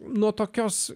nuo tokios